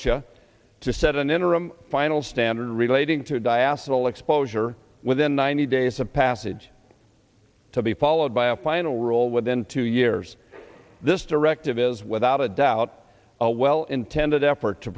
a to set an interim final standard relating to die asil exposure within ninety days of passage to be followed by a final rule within two years this directive is without a doubt a well intended effort to